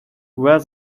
where